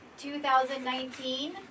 2019